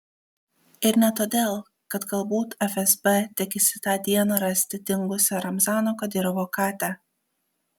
ir ne todėl kad galbūt fsb tikisi tą dieną rasti dingusią ramzano kadyrovo katę